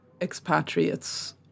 expatriates